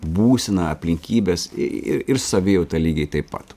būseną aplinkybes ir ir savijautą lygiai taip pat